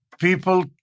People